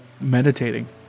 meditating